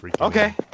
Okay